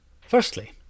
Firstly